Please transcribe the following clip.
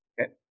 Okay